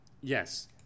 Yes